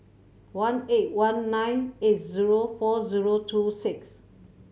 one eight one nine eight zero four zero two six